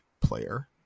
player